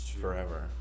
forever